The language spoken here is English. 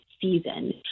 season